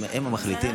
הם המחליטים.